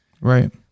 right